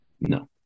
No